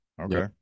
Okay